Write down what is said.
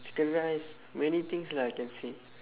chicken rice many things lah can say